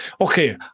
Okay